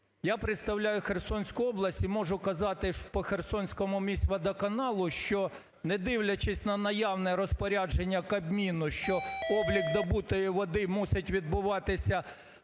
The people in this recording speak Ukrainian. Я представляю Херсонську область і можу казати по Херсонському міськводоканалу, що, не дивлячись на наявне розпорядження Кабміну, що облік добутої води мусить відбуватися